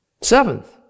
Seventh